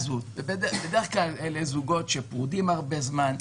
בדרך כלל אלה זוגות שפרודים הרבה זמן.